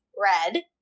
red